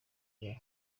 ibara